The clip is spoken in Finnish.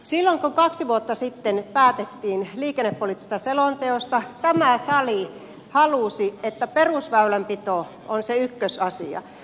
silloin kun kaksi vuotta sitten päätettiin liikennepoliittisesta selonteosta tämä sali halusi että perusväylänpito on se ykkösasia